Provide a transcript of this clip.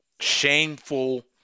shameful